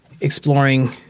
exploring